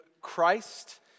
Christ